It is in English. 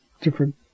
different